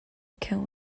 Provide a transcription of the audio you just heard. can